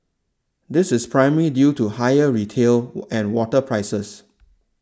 this is primarily due to higher retail and water prices